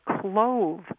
clove